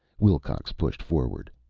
wilcox pushed forward.